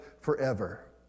forever